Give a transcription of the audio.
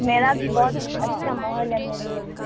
میرا بھی بہت اچھا ماحول ہے میرے گاؤں